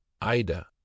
Ida